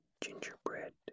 gingerbread